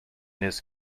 his